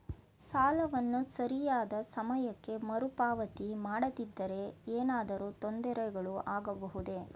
ಸಾಲವನ್ನು ಸರಿಯಾದ ಸಮಯಕ್ಕೆ ಮರುಪಾವತಿ ಮಾಡದಿದ್ದರೆ ಏನಾದರೂ ತೊಂದರೆಗಳು ಆಗಬಹುದೇ?